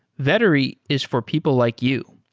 vettery is for people like you.